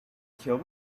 kill